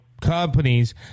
companies